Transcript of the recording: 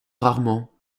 rarement